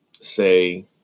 say